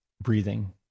breathing